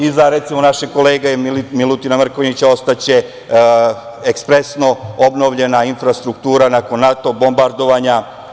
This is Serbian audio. Iza, recimo, našeg kolege Milutina Mrkonjića ostaće ekspresno obnovljena infrastruktura nakon NATO bombardovanja.